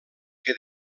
que